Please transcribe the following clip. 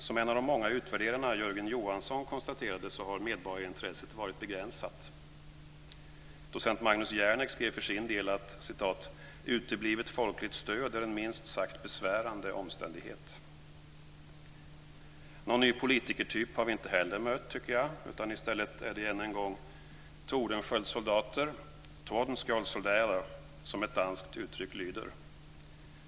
Som en av de många utvärderarna, Jörgen Johansson, konstaterade har medborgarintresset varit begränsat. Docent Magnus Jerneck skrev för sin del att "uteblivet folkligt stöd är en minst sagt besvärande omständighet." Någon ny politikertyp har vi inte heller mött, tycker jag, utan i stället är det än en gång "Tordenskjolds soldater", som ett danskt uttryck lyder.